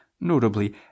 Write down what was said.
notably